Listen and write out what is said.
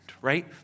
right